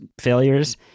failures